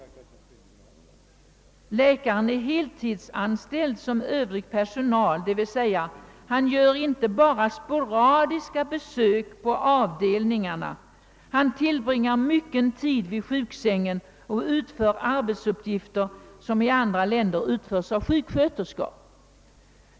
Läkaren är heltidsanställd som övrig personal, d. v. s. han gör inte bara sporadiska besök på avdelningarna. Han tillbringar mycken tid vid sjuksängen och utför arbetsuppgifter som i andra länder utförs av sjuksköterskor.